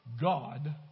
God